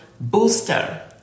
booster